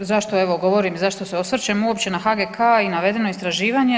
Zašto evo govorim, zašto se osvrćem uopće na HGK i navedeno istraživanje?